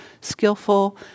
skillful